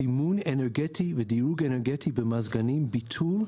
סימון אנרגטי ודירוג אנרגטי במזגנים) (ביטול),